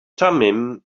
thummim